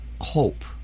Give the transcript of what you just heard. hope